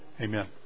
Amen